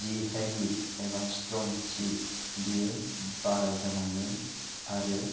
जि हेबित एबा स्ट्रंथि बियो बारा जालाङो आरो